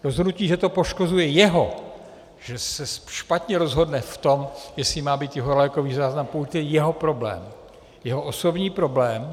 Rozhodnutí, že to poškozuje jeho, že se špatně rozhodne v tom, jestli má být jeho lékový záznam , je jeho problém, jeho osobní problém.